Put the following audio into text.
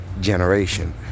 Generation